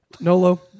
Nolo